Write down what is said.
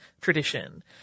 tradition